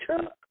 took